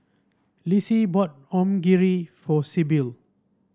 Lissie bought Onigiri for Sibyl